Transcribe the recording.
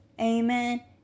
Amen